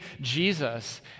Jesus